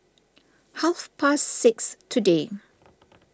half past six today